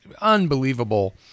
unbelievable